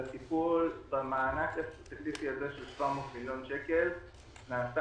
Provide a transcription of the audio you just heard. לטיפול במענק הספציפי הזה של 700,000 שקל נעשה